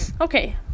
okay